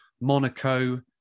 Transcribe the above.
Monaco